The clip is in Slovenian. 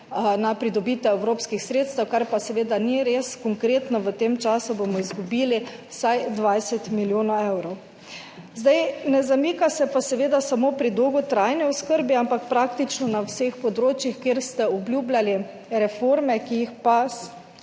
na pridobitev evropskih sredstev, kar pa seveda ni res, konkretno v tem času bomo izgubili vsaj 20 milijonov evrov. Ne zamika se pa seveda samo pri dolgotrajni oskrbi, ampak praktično na vseh področjih, kjer ste obljubljali reforme, ki jih pa